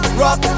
rock